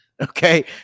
Okay